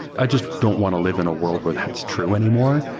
i just don't want to live in a world where that's true anymore.